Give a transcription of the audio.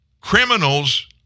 Criminals